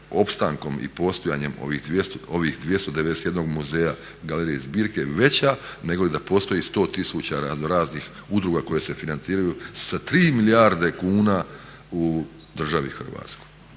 opstankom i postojanjem ovih 291 muzeja, galerije i zbirke veća negoli da postoji 100 tisuća raznoraznih udruga koje se financiraju sa 3 milijarde kuna u državi Hrvatskoj.